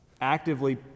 actively